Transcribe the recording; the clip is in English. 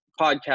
podcast